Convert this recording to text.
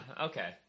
Okay